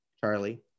Charlie